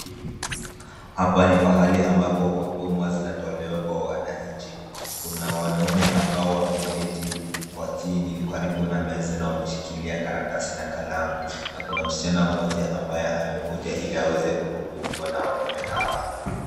Hapa ni pahali ambapo huduma zinatolewa kwa wananchi. Kuna wanaume ambao wameketi kwa chini karibu na meza na wameshikilia karatasi na kalamu, na kuna msichana mmoja ambaye amekuja ili aweze kuhudumiwa na wanaume hawa.